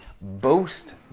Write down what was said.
boast